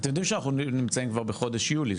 אתם יודעים שאנחנו נמצאים כבר בחודש יולי,